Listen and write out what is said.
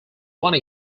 one